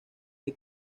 que